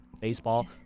baseball